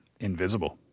invisible